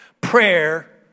Prayer